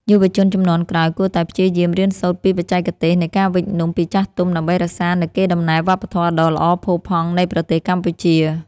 យុវជនជំនាន់ក្រោយគួរតែព្យាយាមរៀនសូត្រពីបច្ចេកទេសនៃការវេចនំពីចាស់ទុំដើម្បីរក្សានូវកេរដំណែលវប្បធម៌ដ៏ល្អផូរផង់នៃប្រទេសកម្ពុជា។